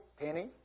Penny